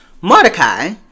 Mordecai